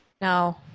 No